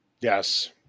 Yes